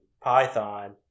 Python